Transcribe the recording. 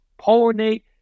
pollinate